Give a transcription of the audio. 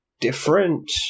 different